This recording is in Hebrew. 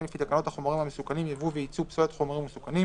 לפי תקנות החומרים המסוכנים (יבוא ויצוא פסולת חומרים מסוכנים),